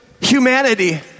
humanity